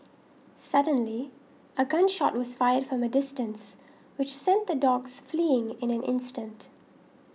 suddenly a gun shot was fired from a distance which sent the dogs fleeing in an instant